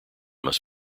must